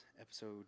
episode